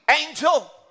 angel